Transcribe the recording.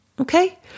Okay